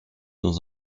dans